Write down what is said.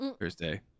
Thursday